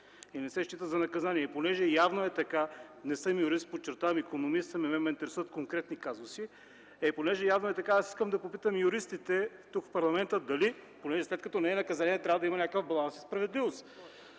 и не се счита за наказание. Понеже явно е така, не съм юрист, подчертавам – икономист съм, мен ме интересуват конкретни казуси, искам да попитам юристите в парламента дали, след като не е наказание, трябва да има някакъв баланс и справедливост